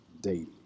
daily